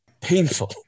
painful